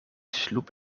sloep